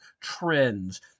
trends